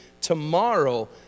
Tomorrow